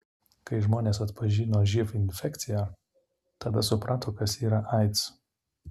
kai žmonės atpažino živ infekciją tada suprato kas yra aids